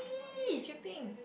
!ee! shipping